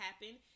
happen